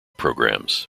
programs